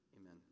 Amen